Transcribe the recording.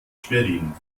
schwerin